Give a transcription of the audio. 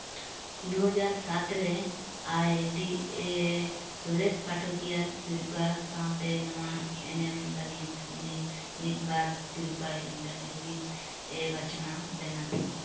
ᱫᱩ ᱦᱟᱡᱟᱨ ᱥᱟᱛ ᱨᱮ ᱟᱭ ᱴᱤ ᱮ ᱥᱚᱨᱮᱥ ᱯᱟᱴᱷᱠᱤᱭᱟᱹ ᱥᱤᱨᱯᱟᱹ ᱥᱟᱶᱛᱮ ᱱᱚᱣᱟ ᱮᱱᱮᱢ ᱞᱟᱹᱜᱤᱫ ᱩᱱᱤ ᱢᱤᱫᱵᱟᱨ ᱥᱤᱨᱯᱟᱹ ᱞᱟᱹᱜᱤᱫ ᱩᱱᱤ ᱢᱤᱫᱵᱟᱨ ᱥᱤᱨᱯᱟᱹ ᱞᱟᱹᱜᱤᱫ ᱮ ᱵᱟᱪᱷᱱᱟᱣ ᱞᱮᱱᱟ